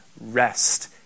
rest